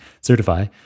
Certify